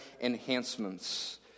enhancements